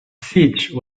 siege